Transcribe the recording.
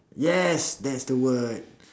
yes that's the word